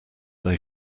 they